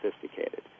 sophisticated